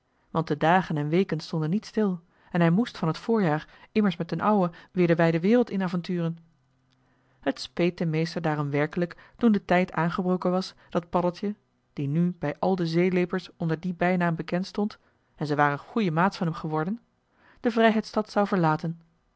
want de dagen en weken stonden niet stil en hij moest van het voorjaar immers met d'n ouwe weer de wijde wereld in avonturen het speet den meester daarom werkelijk toen de tijd aangebroken was dat paddeltje die nu bij al de zeeleepers onder dien bijnaam bekend stond en ze waren goeie maats van hem geworden de vrijheidsstad zou verlaten